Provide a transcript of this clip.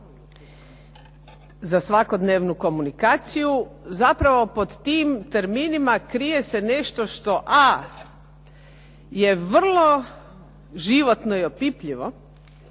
za svakodnevnu komunikaciju. Zapravo pod tim terminima krije se nešto što a) je vrlo životno i opipljivo,